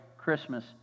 Christmas